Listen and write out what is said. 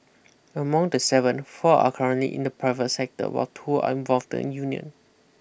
among the seven four are currently in the private sector while two are involved in union